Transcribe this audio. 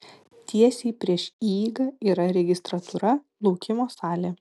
tiesiai prieš įeigą yra registratūra laukimo salė